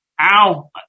ow